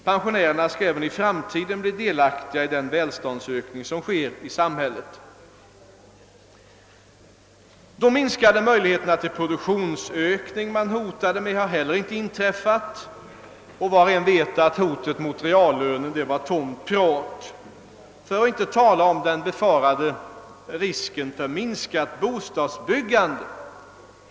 Pensionärerna skall även i framtiden bli delaktiga i den välståndsökning som pågår i samhället. De minskade möjligheterna till produktionsökning som man hotade med har heller inte inträffat, och var och en vet att hotet om minskade reallöner var tomt prat — för att inte tala om den befarade risken för minskat bostadsbyggande.